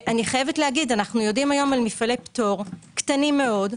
אנו יודעים היום על מפעלי פטור קטנים מאוד,